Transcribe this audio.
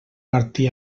martí